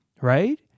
Right